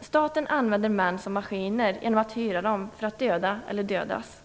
Staten använder män som maskiner genom att hyra dem för att döda eller att dödas.